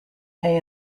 pay